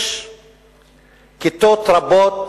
יש כיתות רבות